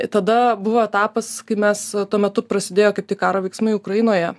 tada buvo etapas kai mes tuo metu prasidėjo kaip tik karo veiksmai ukrainoje